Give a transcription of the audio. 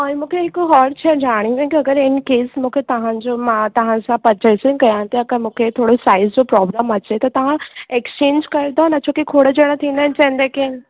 और मूंखे हिकु हर शइ ॼाणणी आहे अगरि इन केस मूंखे तव्हांजो मां तव्हां सां परचेज़िंग कयां त अगरि मूंखे थोरो साइज जो प्रोब्लम अचे त तव्हां एक्सचेंज कंदव न छोकी खोड़ ॼणा थींदा आहिनि चवंदा की